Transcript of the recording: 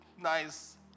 nice